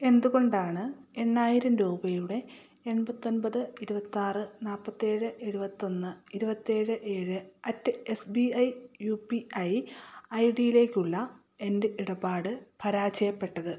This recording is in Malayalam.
എന്തുകൊണ്ടാണ് എണ്ണായിരം രൂപയുടെ എൺപത്തി ഒൻപത് ഇരുപത്തി ആറ് നാല്പത്തി ഏഴ് എഴുപത്തി ഒന്ന് ഇരുപത്തി ഏഴ് ഏഴ് at S B I U P I ഐഡിയിലേക്കുള്ള എൻ്റെ ഇടപാട് പരാജയപ്പെട്ടത്